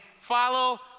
follow